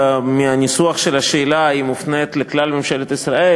מהניסוח של השאלה עולה שהיא מופנית לכלל ממשלת ישראל.